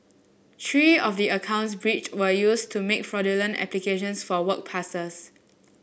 three of the accounts breached were used to make fraudulent applications for work passes